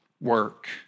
work